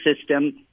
system